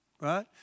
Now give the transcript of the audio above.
right